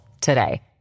today